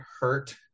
hurt